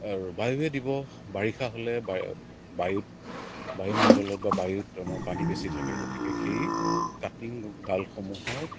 বায়ুৱে দিব বাৰিষা হ'লে বা বায়ুত বায়ুমণ্ডলত বা বায়ুত আমাৰ পানী বেছি থাকে গতিকে সেই কাটিং ডালসমূহত